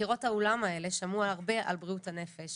קירות האולם האלה שמעו הרבה על בריאות הנפש,